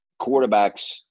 quarterbacks